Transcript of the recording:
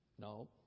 No